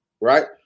Right